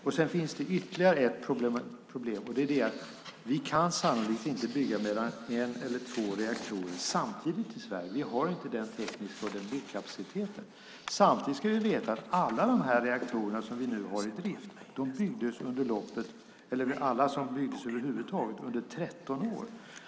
Det finns ytterligare ett problem, och det är att vi sannolikt inte kan bygga mer än en eller två reaktorer samtidigt i Sverige. Vi har inte den tekniska kapaciteten eller byggkapaciteten för detta. Samtidigt ska vi veta att alla de reaktorer vi har byggdes under 13 år.